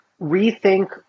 rethink